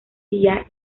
día